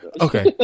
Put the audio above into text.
okay